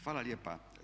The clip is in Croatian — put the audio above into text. Hvala lijepa.